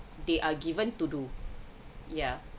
they are given to do ya